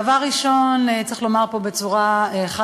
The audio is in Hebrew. דבר ראשון, צריך לומר פה בצורה חד-משמעית